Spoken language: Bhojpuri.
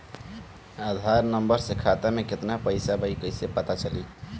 आधार नंबर से खाता में केतना पईसा बा ई क्ईसे पता चलि?